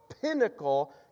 pinnacle